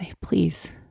please